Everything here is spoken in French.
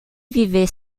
vivait